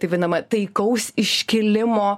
tai p vadinamą taikaus iškilimo